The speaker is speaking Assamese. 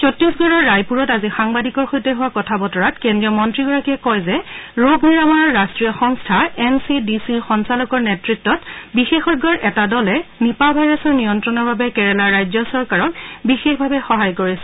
ছট্টিশগড়ৰ ৰায়পুৰত আজি সাংবাদিকৰ সৈতে হোৱা কথা বতৰাত কেজ্ৰীয় মন্ত্ৰীগৰাকীয়ে কয় যে ৰোগ নিৰাময়ৰ ৰাষ্ট্ৰীয় সংস্থা এন চি ডি চিৰ সঞ্চালকৰ নেতত্তত বিশেষজ্ঞৰ এটা দলে নিপাহ ভাইৰাছৰ নিয়দ্ৰণৰ বাবে কেৰালাৰ ৰাজ্য চৰকাৰক বিশেষভাৱে সহায় কৰিছে